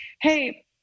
hey